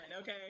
okay